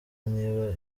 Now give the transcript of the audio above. niba